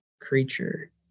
creature